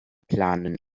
planen